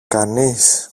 κανείς